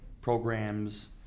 programs